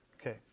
Okay